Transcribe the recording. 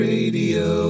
Radio